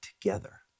together